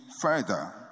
further